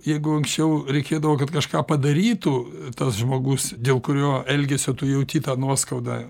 jeigu anksčiau reikėdavo kad kažką padarytų tas žmogus dėl kurio elgesio tu jauti tą nuoskaudą